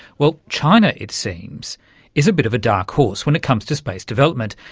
well, china it seems is a bit of a dark horse when it comes to space development,